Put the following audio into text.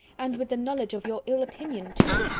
and with the knowledge of your ill opinion, too!